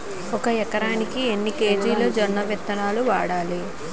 ఒక ఎకరానికి ఎన్ని కేజీలు జొన్నవిత్తనాలు వాడాలి?